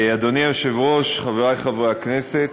אדוני היושב-ראש, חברי חברי הכנסת,